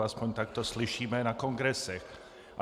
Aspoň tak to slyšíme na kongresech.